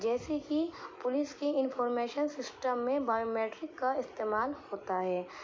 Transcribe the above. جیسے کہ پولیس کے انفارمیشن سسٹم میں بایو میٹرک کا استعمال ہوتا ہے